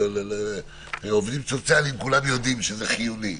עובדים סוציאליים, כולם יודעים שזה חיוני.